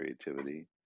creativity